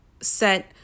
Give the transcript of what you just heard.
set